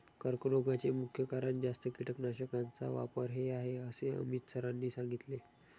कर्करोगाचे मुख्य कारण जास्त कीटकनाशकांचा वापर हे आहे असे अमित सरांनी सांगितले